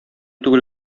түгел